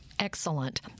Excellent